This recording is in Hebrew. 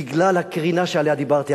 בגלל הקרינה שעליה דיברתי,